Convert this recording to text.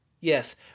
Yes